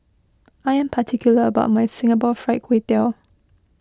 I am particular about my Singapore Fried Kway Tiao